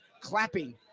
clapping